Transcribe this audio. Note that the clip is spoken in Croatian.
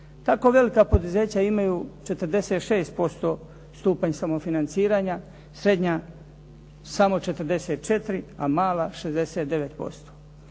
Kako velika poduzeća imaju 46% stupanj samofinanciranja, srednja samo 44, a mala 60%.